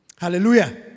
Hallelujah